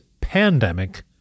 pandemic